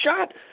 shot